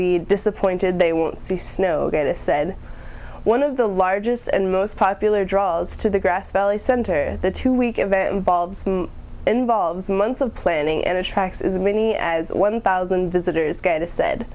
be disappointed they won't see snow get this said one of the largest and most popular drawls to the grass valley center at the two week event involves involves months of planning and attracts as many as one thousand visitors get a said